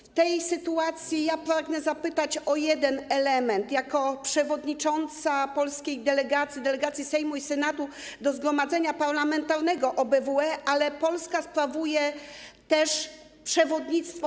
W tej sytuacji pragnę zapytać o jeden element jako przewodnicząca polskiej delegacji Sejmu i Senatu do Zgromadzenia Parlamentarnego OBWE, w którym Polska sprawuje też przewodnictwo.